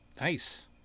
Nice